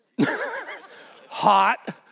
Hot